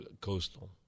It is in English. coastal